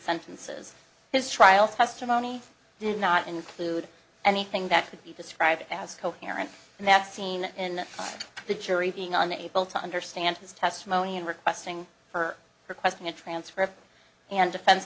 sentences his trial testimony did not include anything that could be described as coherent and that scene in the jury being unable to understand his testimony and requesting for requesting a transcript and defense